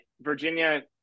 Virginia